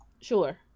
Sure